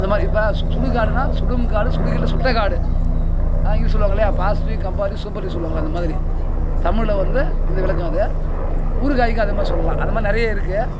அந்த மாதிரி இப்போ சு சுடுகாடுன்னா சுடும் காடு சுடுகின்ற சுட்ட காடு ஆங்கிலத்தில் சொல்லுவாங்க இல்லையா பாசிட்டிவ் கம்பாரி சூப்பரேட்டிவ் சொல்லுவாங்கல்ல அந்த மாதிரி தமிழில் வந்து இந்த விளக்கம் அது ஊறுகாய்க்கும் அதே மாதிரி சொல்லலாம் அதை மாதிரி நிறைய இருக்குது